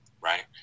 right